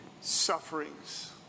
sufferings